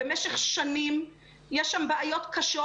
במשך שנים יש שם בעיות קשות,